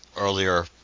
earlier